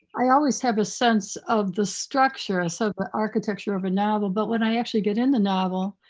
i always have a sense of the structure, ah so the architecture of a novel, but when i actually get in the novel,